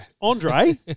Andre